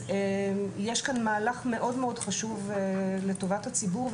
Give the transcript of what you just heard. יש כאן מהלך מאוד מאוד חשוב לטובת הציבור,